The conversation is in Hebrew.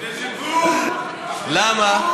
למה?